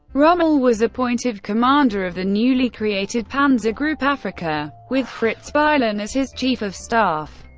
rommel was appointed commander of the newly created panzer group africa, with fritz bayerlein as his chief of staff.